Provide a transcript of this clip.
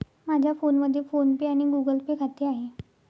माझ्या फोनमध्ये PhonePe आणि गुगल पे खाते आहे